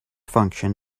function